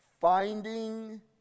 finding